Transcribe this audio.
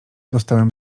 dostałem